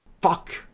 Fuck